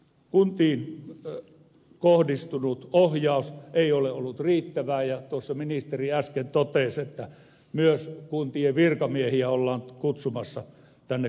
kuntiin kohdistunut ohjaus ei ole ollut riittävää ja tuossa ministeri äsken totesi että myös kuntien virkamiehiä ollaan kutsumassa tänne koulutukseen